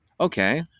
okay